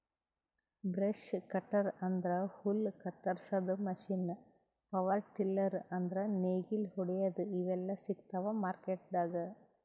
brush cutter ಅಂದ್ರ ಹುಲ್ಲ್ ಕತ್ತರಸಾದ್ ಮಷೀನ್ ಪವರ್ ಟಿಲ್ಲರ್ ಅಂದ್ರ್ ನೇಗಿಲ್ ಹೊಡ್ಯಾದು ಇವೆಲ್ಲಾ ಸಿಗ್ತಾವ್ ಮಾರ್ಕೆಟ್ದಾಗ್